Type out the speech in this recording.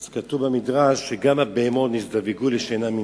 כתוב במדרש שגם הבהמות נזדווגו במין שאינו מינם.